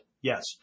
Yes